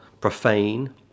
profane